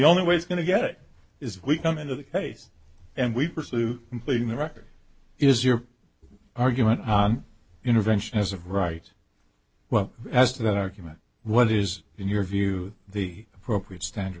only way it's going to get it is we come into the case and we pursue completing the record is your argument on intervention as of right well as to that argument what is in your view the appropriate standard